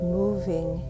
moving